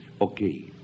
okay